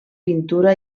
pintura